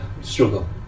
struggle